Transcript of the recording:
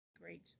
Great